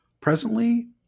Presently